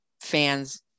fans